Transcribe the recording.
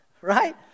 right